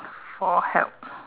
for help